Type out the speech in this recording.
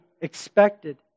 expected